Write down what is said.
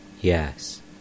yes